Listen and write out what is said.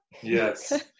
yes